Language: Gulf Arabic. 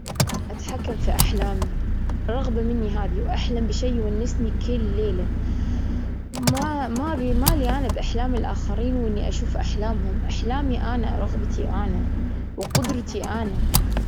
أتحكم في أحلامي رغبة مني هذي، وأحلم بشيء يونسني كل ليلة. ما-ما أبي، مالي أنا بأحلام الآخرين ، وإني شوف أحلامهم. أحلامي أنا، رغبتي أنا، وقدرتي أنا.